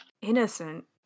innocent